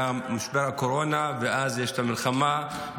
היה משבר הקורונה ואז יש את המלחמה,